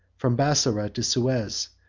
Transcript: from bassora to suez,